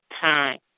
time